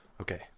Okay